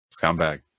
Scumbag